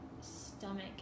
stomach